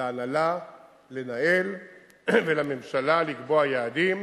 להנהלה לנהל ולממשלה לקבוע יעדים,